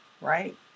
right